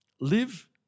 live